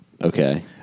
Okay